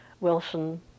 Wilson